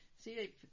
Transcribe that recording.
See